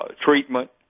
treatment